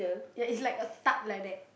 ya is like a tart like that